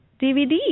DVD